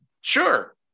sure